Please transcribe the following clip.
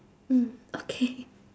mm okay